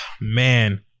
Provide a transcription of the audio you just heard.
Man